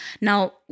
Now